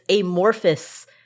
amorphous